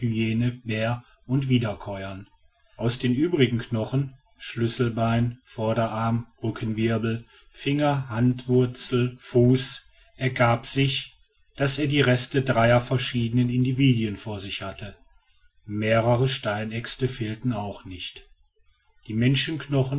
und wiederkäuern aus den übrigen knochen schlüsselbein vorderarm rückenwirbel finger handwurzel fuß ergab sich daß er die reste dreier verschiedener individuen vor sich hatte mehrere steinäxte fehlten auch nicht die menschenknochen